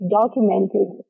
documented